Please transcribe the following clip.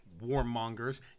warmongers